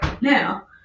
now